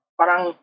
parang